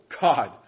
God